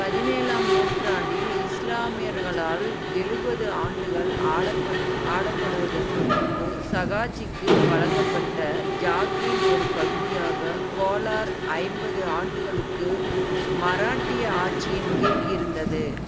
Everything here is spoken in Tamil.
பதினேழாம் நூற்றாண்டில் இஸ்லாமியர்களால் எழுவது ஆண்டுகள் ஆளப்படு ஆளப்படுவதற்கு முன்பு சாகாஜிக்கு வழங்கப்பட்ட ஜாக்ரீன் ஒரு பகுதியாக கோலார் ஐம்பது ஆண்டுகளுக்கு மராட்டிய ஆட்சியின் கீழ் இருந்தது